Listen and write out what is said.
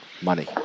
money